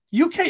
uk